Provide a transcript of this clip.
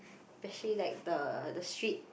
especially like the the street